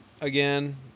again